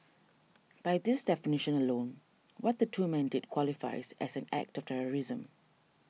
by this definition alone what the two men did qualifies as an act of terrorism